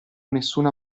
nessuna